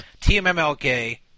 TMMLK